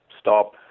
stop